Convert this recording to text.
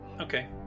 Okay